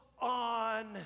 on